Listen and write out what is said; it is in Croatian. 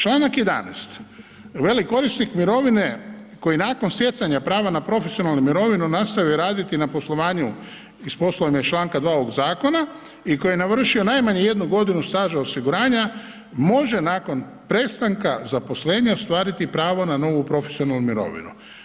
Čl. 11., veli, korisnik mirovine koji nakon stjecanja prava na profesionalnu mirovinu nastavi raditi na poslovanju ... čl. 2. ovog zakona i koji je navršio najmanje jednu godinu staža osiguranja može nakon prestanka zaposlenja ostvariti pravo na novu profesionalnu mirovinu.